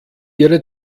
ihre